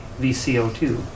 VCO2